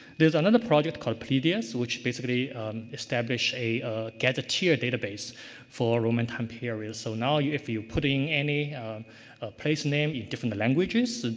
there's another project called pleiades, which basically established a gadgeteer database for roman time period. so, now if you put in any place name in different languages,